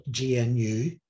GNU